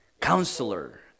Counselor